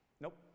Nope